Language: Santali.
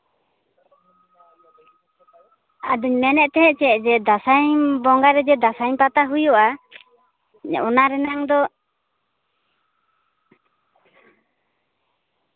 ᱟᱫᱚᱧ ᱢᱮᱱᱮᱫ ᱛᱟᱦᱮᱸᱫ ᱪᱮᱫ ᱫᱟᱸᱥᱟᱭ ᱵᱚᱸᱜᱟ ᱨᱮᱡᱮ ᱫᱟᱸᱥᱟᱭ ᱯᱟᱛᱟ ᱦᱩᱭᱩᱜᱼᱟ ᱚᱱᱟ ᱨᱮᱱᱟᱝ ᱫᱚ